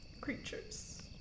creatures